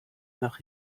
nach